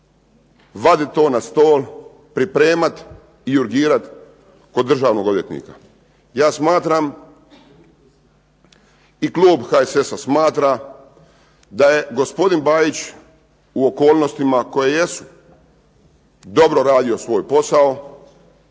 vadit to na stol, pripremat i urgirat kod državnog odvjetnika. Ja smatram i klub HSS-a smatra da je gospodin Bajić u okolnostima koje jesu dobro radio svoj posao.